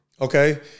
okay